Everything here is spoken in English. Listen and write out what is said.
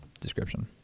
description